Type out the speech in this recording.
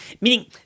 Meaning